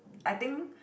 I think